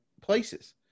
places